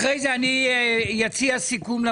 אחרי זה אציע סיכום.